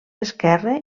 esquerre